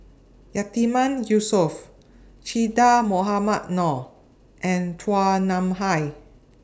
Yatiman Yusof Che Dah Mohamed Noor and Chua Nam Hai